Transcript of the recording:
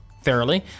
thoroughly